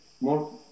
more